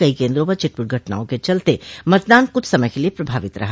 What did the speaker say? कई केन्द्रों पर छिटपुट घटनाओं के चलते मतदान कुछ समय के लिए प्रभावित रहा